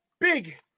Big